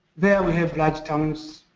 there we have large towns